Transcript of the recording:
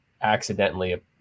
accidentally